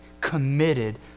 committed